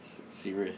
serious